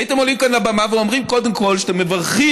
הייתם עולים כאן לבמה ואומרים קודם כול שאתם מברכים